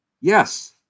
Yes